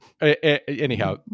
Anyhow